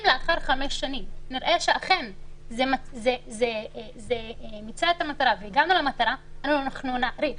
אם לאחר חמש שנים נראה שאכן הגענו למטרה אנחנו נאריך.